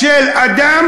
לדבר.